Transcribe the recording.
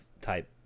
type